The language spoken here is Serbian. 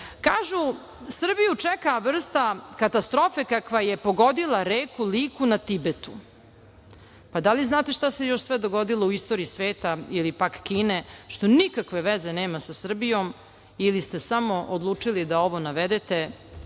– Srbiju čeka vrsta katastrofe kakva je pogodila reku Liku na Tibetu. Pa da li znate šta se još sve dogodilo u istoriji sveta ili pak Kine, što nikakve veze nema sa Srbijom ili ste samo odlučili da ovo navedete